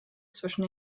zwischen